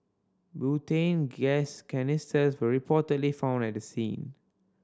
butane gas canisters were reportedly found at the scene